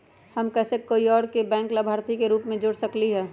हम कैसे कोई और के बैंक लाभार्थी के रूप में जोर सकली ह?